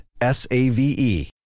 S-A-V-E